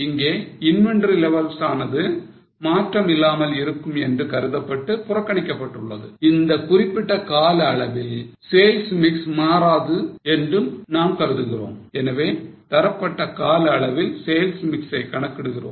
இங்கே Inventory levels ஆனது மாற்றம் இல்லாமல் இருக்கும் என்று கருதப்பட்டு புறக்கணிக்கப்பட்டுள்ளது இந்த குறிப்பிட்ட கால அளவில் sales mix மாறாது என்று நாம் கருதுகிறோம் எனவே தரப்பட்ட கால அளவில் sales mix ஐ கணக்கிடுகிறோம்